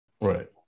Right